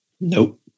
Nope